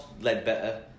Ledbetter